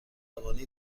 روانی